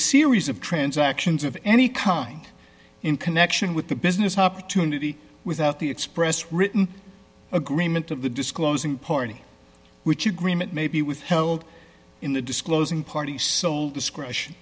series of transactions of any kind in connection with the business opportunity without the express written agreement of the disclosing party which agreement may be withheld in the disclosing party's sole discretion